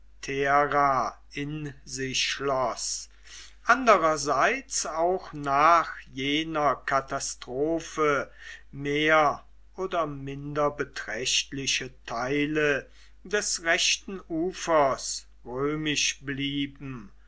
vetera in sich schloß andererseits auch nach jener katastrophe mehr oder minder beträchtliche teile des rechten ufers römisch blieben